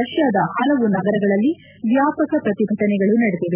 ರಷ್ಲಾದ ಹಲವು ನಗರಗಳಲ್ಲಿ ವ್ಲಾಪಕ ಪ್ರತಿಭಟನೆಗಳು ನಡೆದಿವೆ